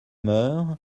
meur